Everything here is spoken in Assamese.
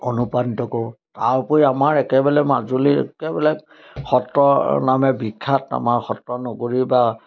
অনুপ্ৰাণিত কৰোঁ তাৰ উপৰি আমাৰ একেবেলে মাজুলীৰ একেবেলে সত্ৰ নামে বিখ্যাত আমাৰ সত্ৰ নগৰী বা